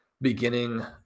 beginning